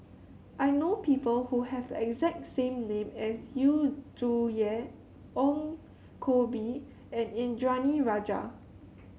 I know people who have the exact same name as Yu Zhuye Ong Koh Bee and Indranee Rajah